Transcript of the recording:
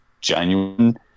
genuine